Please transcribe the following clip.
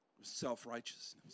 Self-righteousness